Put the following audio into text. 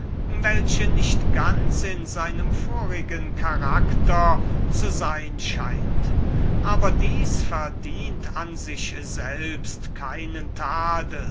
welche nicht ganz in seinem vorigen charakter zu sein scheint aber das verdient an sich selbst keinen tadel